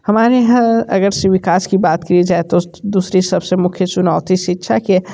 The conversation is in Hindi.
हमारे यहाँ अगर से विकास की बात की जाए तो दूसरी सबसे मुख्य चुनौती शिक्षा के